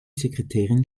sekretärin